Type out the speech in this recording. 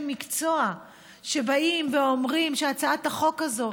מקצוע שבאים ואומרים שהצעת החוק הזאת,